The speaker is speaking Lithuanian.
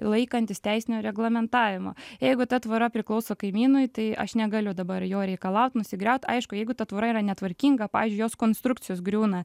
laikantis teisinio reglamentavimo jeigu ta tvora priklauso kaimynui tai aš negaliu dabar jo reikalaut nusigriaut aišku jeigu ta tvora yra netvarkinga pavyzdžiui jos konstrukcijos griūna